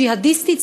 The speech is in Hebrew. ג'יהאדיסטית,